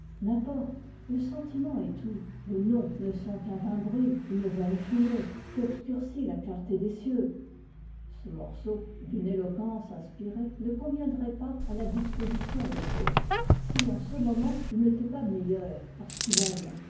n'importe le senatiment est tout les noms ne sont qu'un vain bruit une vaine fumée qui obscurcit la clarté des cieux ce morceau d'une éloquence inspirée ne conviendrait pas à ta disposition de faust si dans ce moment il n'était pas mei eur parce qu'il aime